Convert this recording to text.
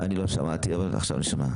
אני לא שמעתי, אבל עכשיו אני שומע.